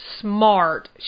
smart